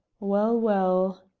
well, well!